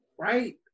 right